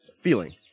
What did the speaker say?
feeling